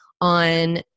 on